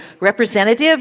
representative